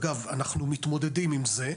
אגב, אנחנו מתמודדים עם זה.